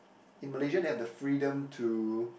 in Malaysia they have the freedom to